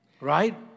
Right